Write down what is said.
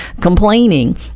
complaining